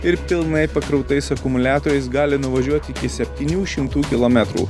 ir pilnai pakrautais akumuliatoriais gali nuvažiuot iki septynių šimtų kilometrų